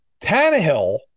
Tannehill